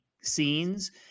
scenes